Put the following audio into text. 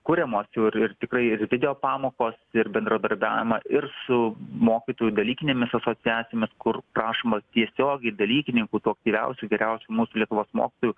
kuriamos jau ir ir tikrai ir video pamokos ir bendradarbiaujama ir su mokytojų dalykinėmis asociacijomis kur prašoma tiesiogiai dalykininkų tų aktyviausių geriausių mūsų lietuvos mokytojų